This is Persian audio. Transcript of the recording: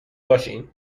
باشین